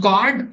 God